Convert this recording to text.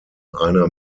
einer